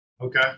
Okay